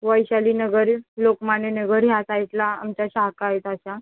वैशालीनगर लोकमान्यनगर ह्या साईटला आमच्या शाखा आहेत अशा